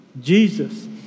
Jesus